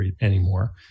anymore